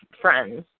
friends